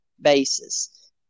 basis